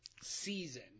season